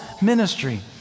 ministry